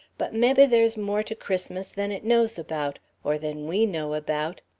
but mebbe there's more to christmas than it knows about or than we know about.